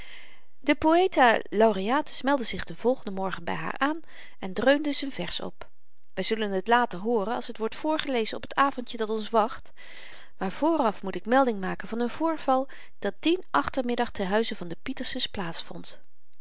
de poëta laureatus meldde zich den volgenden morgen by haar aan en dreunde z'n vers op wy zullen het later hooren als het wordt voorgelezen op t avendje dat ons wacht maar voor af moet ik melding maken van een voorval dat dien achtermiddag ten huize van de pietersens plaats